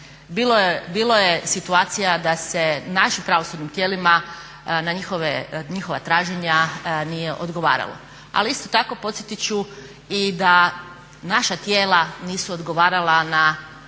Bilo je situacija da se našim pravosudnim tijelima na njihova traženja nije odgovaralo. Ali isto tako podsjetit ću i da naša tijela nisu odgovarala na